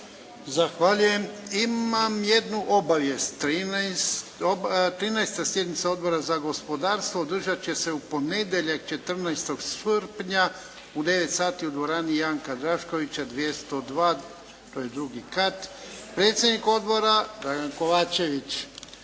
Zahvaljujem. Imam jednu obavijest. 13. sjednica Odbora za gospodarstvo održat će se u ponedjeljak 14. srpnja u 9,00 sati u dvorani "Janka Draškovića" 202., to je II kat, predsjednik Odbora Dragan Kovačević.